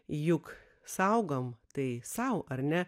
juk saugom tai sau ar ne